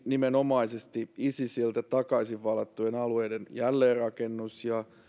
nimenomaisesti isisiltä takaisin vallattujen alueiden jälleenrakennus ja